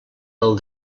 del